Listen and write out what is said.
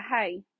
hey